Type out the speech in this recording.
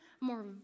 more